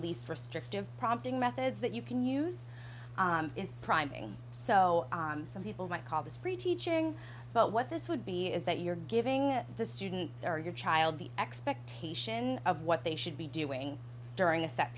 least restrictive prompting methods that you can use is priming so some people might call this preaching but what this would be is that you're giving the student or your child the expectation of what they should be doing during a set